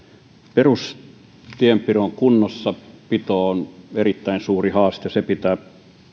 perustienpidon kunnossapito on erittäin suuri haaste se pitää